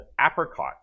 Apricot